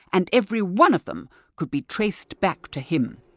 and every one of them could be traced back to him.